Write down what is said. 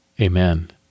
Amen